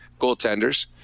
goaltenders